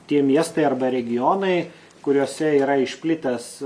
tie miestai arba regionai kuriuose yra išplitęs